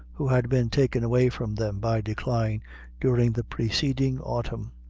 who had been taken away from them by decline during the preceding autumn.